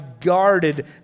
guarded